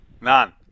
None